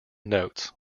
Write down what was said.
notes